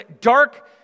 dark